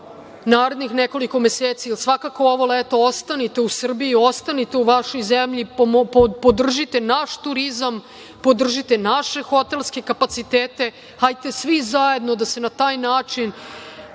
narednih nekoliko meseci, svakako ovo leto ostanite u Srbiji, ostanite u vašoj zemlji i podržite naš turizam, podržite naše hotelske kapacitete, hajte svi zajedno da se na taj način